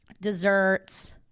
desserts